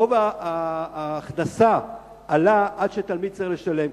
עלה גובה ההכנסה עד שתלמיד צריך לשלם,